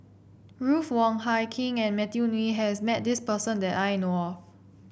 Ruth Wong Hie King and Matthew Ngui has met this person that I know of